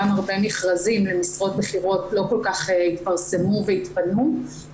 גם הרבה מכרזים למשרות בכירות לא כל כך התפרסמו והתפנו,